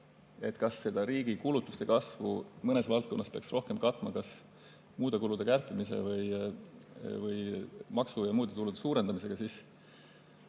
kas seda riigi kulutuste kasvu mõnes valdkonnas peaks rohkem katma muude kulude kärpimise või maksude ja muude tulude suurendamisega, siis